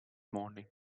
morning